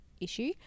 issue